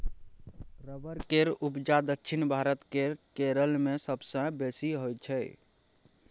rubber केर उपजा दक्षिण भारत केर केरल मे सबसँ बेसी होइ छै